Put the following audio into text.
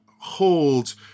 hold